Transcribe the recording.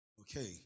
Okay